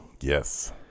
Yes